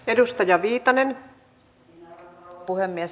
arvoisa rouva puhemies